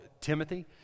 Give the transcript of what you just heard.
Timothy